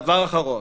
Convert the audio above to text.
דבר אחרון